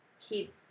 keep